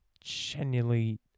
genuinely